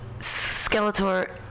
Skeletor